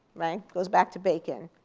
goes back to bacon.